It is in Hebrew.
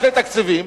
שני תקציבים,